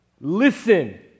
listen